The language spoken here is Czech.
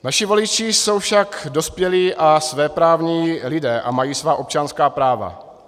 Naši voliči jsou však dospělí a svéprávní lidé a mají svá občanská práva.